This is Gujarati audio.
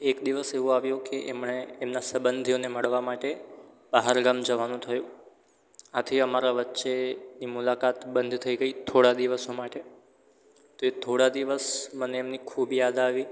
એક દિવસ એવો આવ્યો કે એમણે એમના સંબંધીઓને મળવા માટે બહારગામ જવાનું થયું આથી અમારા વચ્ચેની મુલાકાત બંધ થઈ ગઈ થોડા દિવસો માટે તો એ થોડા દિવસ મને એમની ખૂબ યાદ આવી